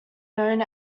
known